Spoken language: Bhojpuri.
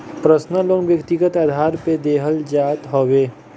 पर्सनल लोन व्यक्तिगत आधार पे देहल जात हवे